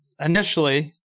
initially